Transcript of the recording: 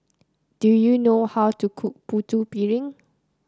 do you know how to cook Putu Piring